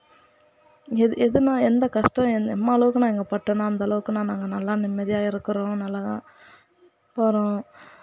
எது எதுனா எந்த கஷ்டம் எம்மா அளவுக்கு நான் பட்டேனோ அந்த அளவுக்கு நாங்கள் நல்லா நிம்மதியாக இருக்கிறோம் நல்லதாக போகிறோம்